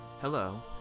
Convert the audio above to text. Hello